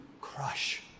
crush